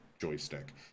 joystick